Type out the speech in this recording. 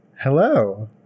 Hello